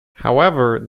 however